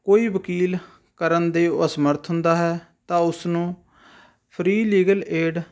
ਕੋਈ ਵਕੀਲ ਕਰਨ ਦੇ ਉਹ ਅਸਮਰਥ ਹੁੰਦਾ ਹੈ ਤਾਂ ਉਸਨੂੰ ਫ੍ਰੀ ਲੀਗਲ ਏਡ